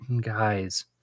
Guys